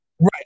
Right